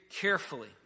carefully